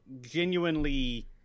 genuinely